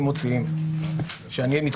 עשינו בדיקה ובאמת שמונה תיקים